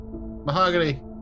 mahogany